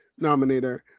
nominator